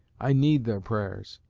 i need their prayers